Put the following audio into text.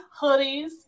hoodies